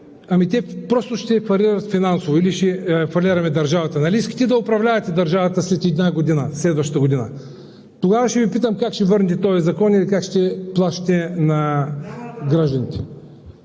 Ами те просто ще фалират финансово или ще фалираме държавата. Нали искате да управлявате държавата следващата година?! Тогава ще Ви питам: как ще върнете този закон и как ще плащате на гражданите?